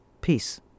Peace